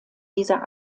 dieser